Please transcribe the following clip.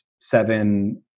seven